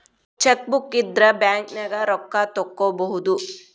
chequebook ಇದ್ರ ಬ್ಯಾಂಕ್ನ್ಯಾಗ ರೊಕ್ಕಾ ತೊಕ್ಕೋಬಹುದು